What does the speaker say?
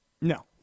No